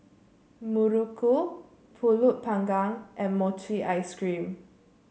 Muruku pulut Panggang and Mochi Ice Cream